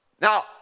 Now